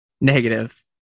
negative